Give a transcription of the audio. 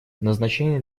назначения